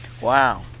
Wow